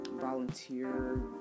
volunteer